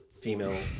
female